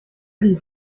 die